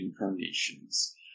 incarnations